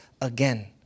again